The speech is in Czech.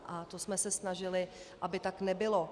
A to jsme se snažili, aby tak nebylo.